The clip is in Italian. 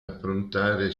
affrontare